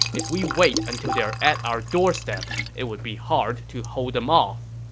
if we wait until they're at our doorstep, it would be hard to hold them off.